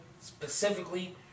specifically